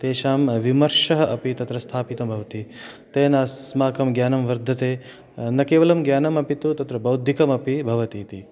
तेषां विमर्शः अपि तत्र स्थापितं भवति तेन अस्माकं ज्ञानं वर्धते न केवलं ज्ञानमपि तु तत्र बौद्धिकमपि भवति इति